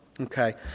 Okay